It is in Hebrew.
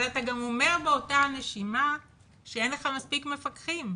אבל אתה גם אומר באותה נשימה שאין לך מספיק מפקחים.